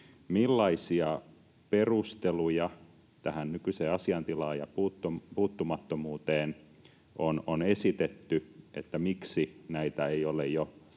millaisia perusteluja tähän nykyiseen asiantilaan ja puuttumattomuuteen on esitetty siitä, miksi näitä ei ole jo